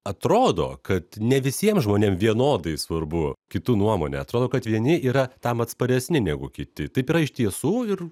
atrodo kad ne visiems žmonėms vienodai svarbu kitų nuomonė atrodo kad vieni yra tam atsparesni negu kiti taip yra iš tiesų ir